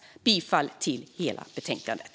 Jag yrkar bifall till utskottets hela förslag i betänkandet.